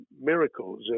miracles